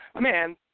Man